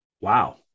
wow